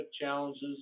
challenges